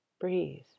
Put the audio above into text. Breathe